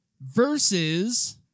versus